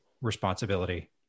responsibility